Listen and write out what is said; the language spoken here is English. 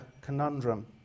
conundrum